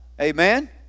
Amen